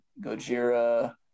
Gojira